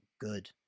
good